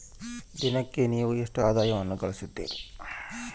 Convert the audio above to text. ದಿನಕ್ಕೆ ನೇವು ಎಷ್ಟು ಆದಾಯವನ್ನು ಗಳಿಸುತ್ತೇರಿ?